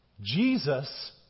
Jesus